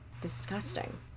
Disgusting